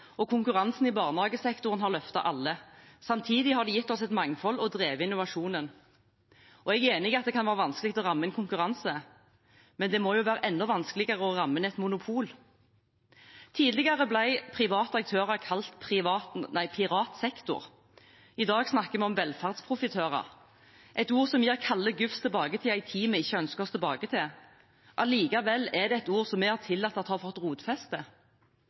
og konkurransen i barnehagesektoren har løftet alle. Samtidig har det gitt oss et mangfold og drevet innovasjonen. Jeg er enig i at det kan være vanskelig å ramme inn konkurranse, men det må da være enda vanskeligere å ramme inn et monopol? Tidligere ble private aktører kalt privat sektor. I dag snakkes det om velferdsprofitører, et ord som gir kalde gufs tilbake til en tid vi ikke ønsker oss tilbake til. Allikevel er det et ord som vi har tillatt at har fått